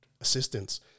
assistance